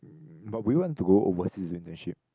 uh but would you want to go overseas for internship